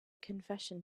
confession